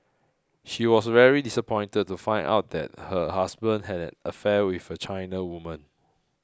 she was very disappointed to find out that her husband had an affair with a China woman